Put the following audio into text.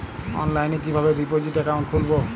অনলাইনে কিভাবে deposit account খুলবো?